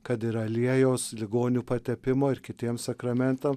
kad ir aliejaus ligonių patepimo ir kitiems sakramentam